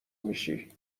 میشی